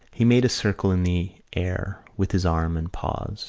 he made a circle in the air with his arm and paused